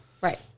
Right